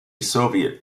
soviet